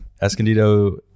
Escondido